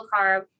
carb